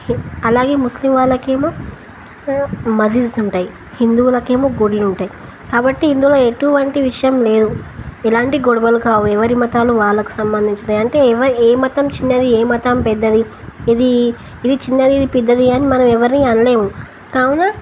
అలాగే ముస్లిం వాళ్ళకేమో మజీద్స్ ఉంటాయి హిందువులకేమో గొడులు ఉంటాయి కాబట్టి ఇందులో ఎటువంటి విషయం లేదు ఎలాంటి గొడవలు కావు ఎవరి మతాలు వాళ్ళకు సంబంధించినాయి అంటే ఎవ ఏ మతం చిన్నది ఏ మతం పెద్దది ఇది ఇది చిన్నది ఇది పెద్దది అని మనం ఎవరిని అనలేము కావున